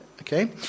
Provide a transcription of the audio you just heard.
okay